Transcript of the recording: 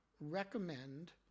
recommend